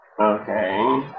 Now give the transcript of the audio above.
Okay